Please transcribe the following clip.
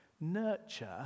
Nurture